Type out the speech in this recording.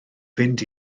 fynd